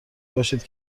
باشید